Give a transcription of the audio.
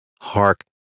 Hark